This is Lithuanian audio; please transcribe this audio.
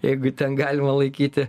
jeigu ten galima laikyti